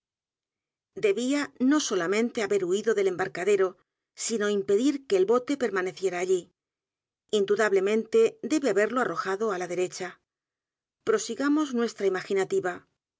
debía no solamente haber huido del embarcadero sino impedir que el bote permaneciera allí indudablemente debe haberlo arrojado á la derecha prosigamos nuest r a imaginativa